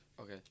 Okay